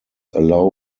allow